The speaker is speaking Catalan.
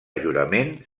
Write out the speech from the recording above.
jurament